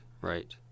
right